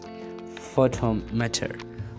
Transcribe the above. photometer